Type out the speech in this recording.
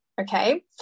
okay